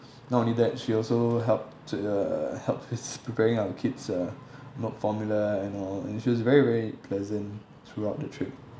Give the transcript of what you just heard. not only that she also helped uh helps with preparing our kids uh milk formula and all and she was very very pleasant throughout the trip